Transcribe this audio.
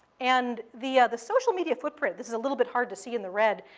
and the the social-media footprint this is a little bit hard to see in the red.